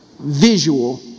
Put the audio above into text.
visual